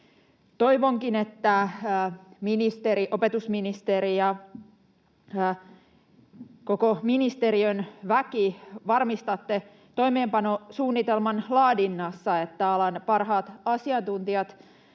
Toivonkin, että, opetusministeri ja koko ministeriön väki, varmistatte toimeenpanosuunnitelman laadinnassa, että alan parhaat asiantuntijat